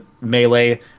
melee